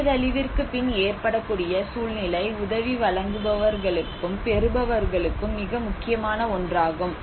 பேரழிவிற்கு பின் ஏற்படக்கூடிய சூழ்நிலை உதவி வழங்குபவர் களுக்கும் பெறுபவர்களுக்கும் மிக முக்கியமான ஒன்றாகும்